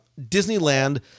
Disneyland